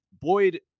Boyd